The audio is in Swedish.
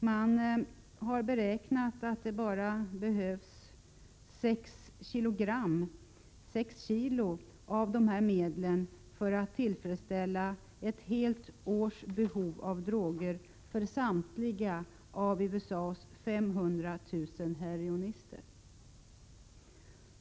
Man har beräknat att det bara behövs 6 kilo av de här medlen för att tillfredsställa ett helt års behov av droger för samtliga USA:s 500 000 heroinister.